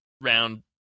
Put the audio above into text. round